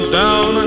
down